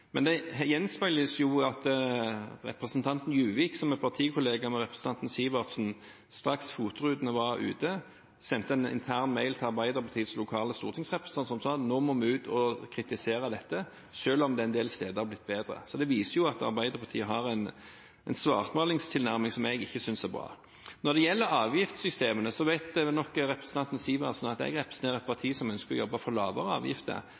Men det gjenspeiles jo ved at representanten Juvik, som er partikollega med representanten Sivertsen, straks FOT-rutene var ute, sendte en intern mail til Arbeiderpartiets lokale stortingsrepresentanter, som sa at nå må vi ut og kritisere dette, selv om det en del steder er blitt bedre. Det viser at Arbeiderpartiet har en svartmalingstilnærming, som jeg ikke synes er bra. Når det gjelder avgiftssystemene, vet nok representanten Sivertsen at jeg representerer et parti som ønsker å jobbe for lavere avgifter.